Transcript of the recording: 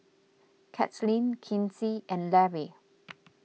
Katlyn Kinsey and Larry